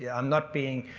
yeah i'm not being.